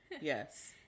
Yes